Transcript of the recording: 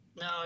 No